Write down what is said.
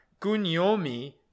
kunyomi